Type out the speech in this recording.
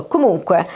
Comunque